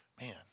man